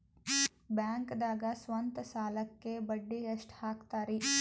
ಬ್ಯಾಂಕ್ದಾಗ ಸ್ವಂತ ಸಾಲಕ್ಕೆ ಬಡ್ಡಿ ಎಷ್ಟ್ ಹಕ್ತಾರಿ?